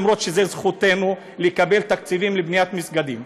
למרות שזו זכותנו לקבל תקציבים לבניית מסגדים.